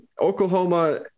Oklahoma